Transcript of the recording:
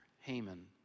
Haman